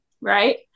Right